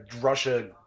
Russia